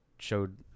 showed